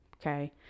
okay